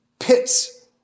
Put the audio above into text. pits